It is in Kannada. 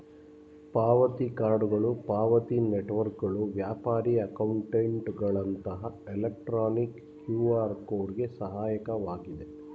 ಪಾವತಿ ಕಾರ್ಡ್ಗಳು ಪಾವತಿ ನೆಟ್ವರ್ಕ್ಗಳು ವ್ಯಾಪಾರಿ ಅಕೌಂಟ್ಗಳಂತಹ ಎಲೆಕ್ಟ್ರಾನಿಕ್ ಕ್ಯೂಆರ್ ಕೋಡ್ ಗೆ ಸಹಾಯಕವಾಗಿದೆ